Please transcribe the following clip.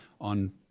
on